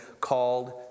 called